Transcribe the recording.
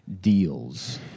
deals